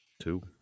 two